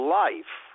life